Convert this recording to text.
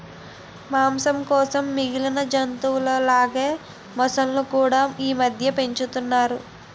మాంసం కోసం మిగిలిన జంతువుల లాగే మొసళ్ళును కూడా ఈమధ్య పెంచుతున్నారు